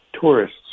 tourists